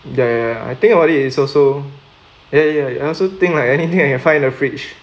ya ya I think all of it is also yeah ya ya I also think like anything I can find in a fridge